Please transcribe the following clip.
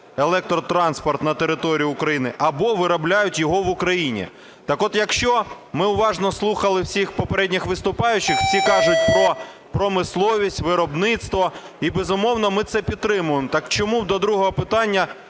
електротранспорт на територію України або виробляють його в Україні. Так от, якщо ми уважно слухали всіх попередніх виступаючих, всі кажуть, промисловість, виробництво, і, безумовно, ми це підтримуємо. Так чому до другого читання